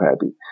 happy